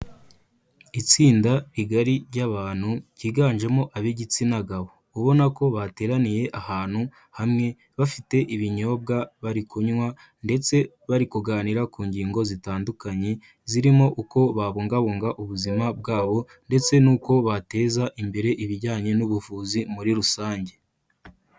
Itsinda rigari ry'abantu ryiganjemo ab'igitsina gabo, ubona ko bateraniye ahantu hamwe bafite ibinyobwa bari kunywa ndetse bari kuganira ku ngingo zitandukanye, zirimo uko babungabunga ubuzima bwabo ndetse n'uko bateza imbere ibijyanye n'ubuvuzi muri rusange.